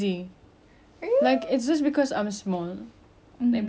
badan saya kecil dengan saya nak cakap saya tak tinggi tak tinggi sangat lah but